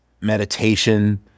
meditation